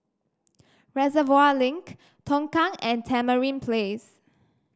Reservoir Link Tongkang and Tamarind Place